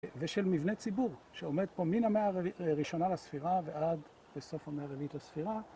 ושל מבנה ציבור, שעומד פה מן המאה הראשונה לספירה ועד לסוף המאה הרביעית לספירה